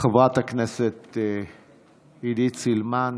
חבריי חברי הכנסת, קודם כול, מחילה על קולי הצרוד.